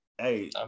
hey